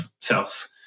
self